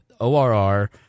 ORR